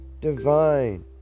divine